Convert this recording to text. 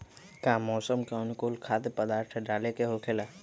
का मौसम के अनुकूल खाद्य पदार्थ डाले के होखेला?